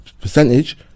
percentage